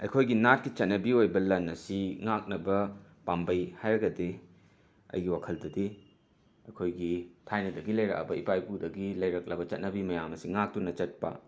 ꯑꯩꯈꯣꯏꯒꯤ ꯅꯥꯠꯀꯤ ꯆꯠꯅꯕꯤ ꯑꯣꯏꯕ ꯂꯟ ꯑꯁꯤ ꯉꯥꯛꯅꯕ ꯄꯥꯝꯕꯩ ꯍꯥꯏꯔꯒꯗꯤ ꯑꯩꯒꯤ ꯋꯥꯈꯜꯗꯗꯤ ꯑꯩꯈꯣꯏꯒꯤ ꯊꯥꯏꯅꯗꯒꯤ ꯂꯩꯔꯛꯑꯕ ꯏꯄꯥ ꯏꯄꯨꯗꯒꯤ ꯂꯩꯔꯛꯂꯕ ꯆꯠꯅꯕꯤ ꯃꯌꯥꯝ ꯑꯁꯤ ꯉꯥꯛꯇꯨꯅ ꯆꯠꯄ